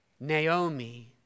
Naomi